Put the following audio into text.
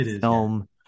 film